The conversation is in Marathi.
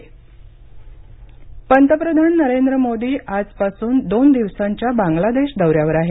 पंतप्रधान पंतप्रधान नरेंद्र मोदी आजपासून दोन दिवसांच्या बांग्लादेश दौऱ्यावर आहेत